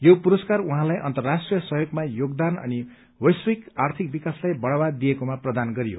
यो पुरस्कार उहाँलाई अन्तर्राष्ट्रीय सहयोगमा योगदान अनि वैश्विक आर्थिक विकाकसलाई बढ़ावा दिएकोमा प्रदान गरियो